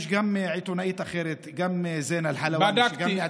יש גם עיתונאית אחרת, גם, בדקתי.